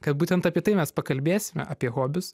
kad būtent apie tai mes pakalbėsime apie hobius